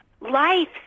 life